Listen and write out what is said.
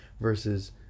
Versus